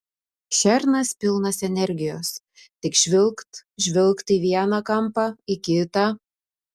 šernas pilnas energijos tik žvilgt žvilgt į vieną kampą į kitą